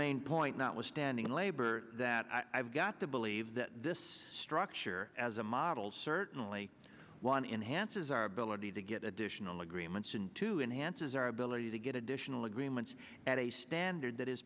main point not withstanding labor that i've got to believe that this structure as a model certainly one enhances our ability to get additional agreements and to enhances our ability to get additional agreements at a standard that is